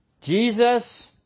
Jesus